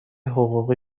حقوقی